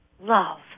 love